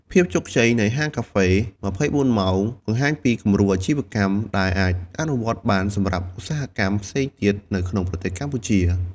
ភាពជោគជ័យនៃហាងកាហ្វេ ២៤ ម៉ោង បង្ហាញពីគំរូអាជីវកម្មដែលអាចអនុវត្តបានសម្រាប់ឧស្សាហកម្មផ្សេងទៀតនៅក្នុងប្រទេសកម្ពុជា។